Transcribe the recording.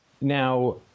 Now